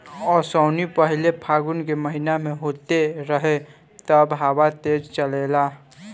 ओसौनी पहिले फागुन के महीना में होत रहे तब हवा तेज़ चलेला